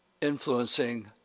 influencing